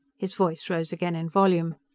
his voice rose again in volume.